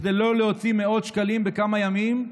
כדי לא להוציא מאות שקלים בכמה ימים,